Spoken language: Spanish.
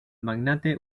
magnate